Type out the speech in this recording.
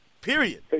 Period